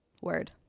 Word